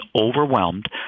overwhelmed